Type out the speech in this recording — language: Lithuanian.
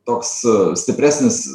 toks stipresnis